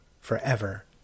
forever